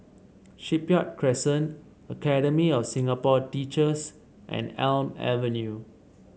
Shipyard Crescent Academy of Singapore Teachers and Elm Avenue